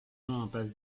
impasse